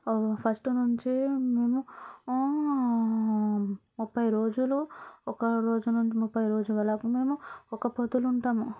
first నుంచి మేము ముప్పై రోజులు ఒక రోజు నుంచి ముప్పై రోజులు వరకు మేము ఒక్క పొద్దులు ఉంటాము